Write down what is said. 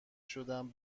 شدم